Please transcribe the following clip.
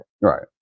right